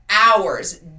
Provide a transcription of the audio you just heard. Hours